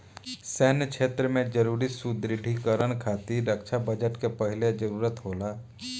सैन्य क्षेत्र में जरूरी सुदृढ़ीकरन खातिर रक्षा बजट के पहिले जरूरत होला